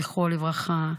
זכרו לברכה,